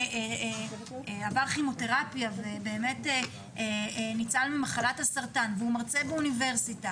מרצה שעבר כימותרפיה וניצל ממחלת הסרטן והוא מרצה באוניברסיטה